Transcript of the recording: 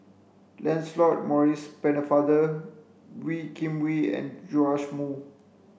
Lancelot Maurice Pennefather Wee Kim Wee and Joash Moo